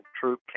Troop